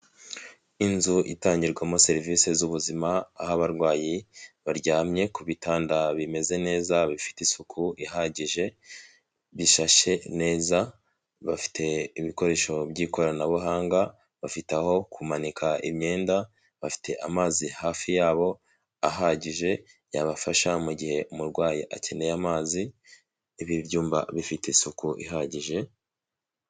Inzu itangirwamo serivise z'ubuzima, aho abarwayi baryamye ku bitanda bimeze neza bifite isuku ihagije, bishashe neza, bafite ibikoresho by'ikoranabuhanga, bafite aho kumanika imyenda, bafite amazi hafi yabo ahagije yabafasha mu gihe umurwayi akeneye amazi, ibi byumba bifite isuku ihagije...